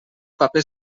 paper